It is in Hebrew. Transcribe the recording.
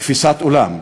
תפיסת עולם.